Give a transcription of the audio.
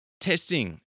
testing